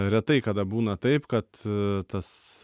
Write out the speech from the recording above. retai kada būna taip kad tas